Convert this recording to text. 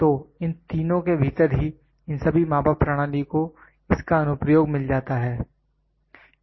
तो इन तीनों के भीतर ही इन सभी मापा प्रणाली को इसका अनुप्रयोग मिल जाता है